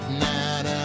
night